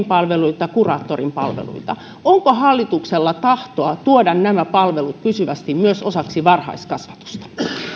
palveluita tai kuraattorin palveluita onko hallituksella tahtoa tuoda nämä palvelut pysyvästi myös osaksi varhaiskasvatusta